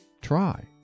Try